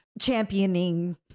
championing